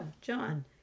john